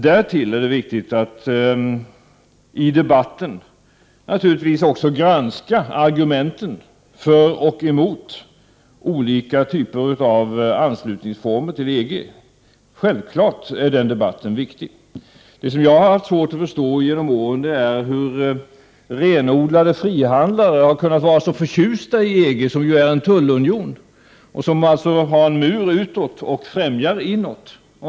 Därtill är det naturligtvis viktigt att i debatten också granska argumenten för och emot olika typer av anslutningsformer till EG. Självklart är den debatten viktig. Det som jag har haft svårt att förstå genom åren är hur renodlade frihandlare har kunnat vara så förtjusta i EG, som ju är en tullunion, vilken alltså har en mur utåt och främjar inåt.